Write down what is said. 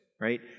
right